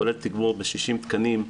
כולל תגבור ב-60 תקנים,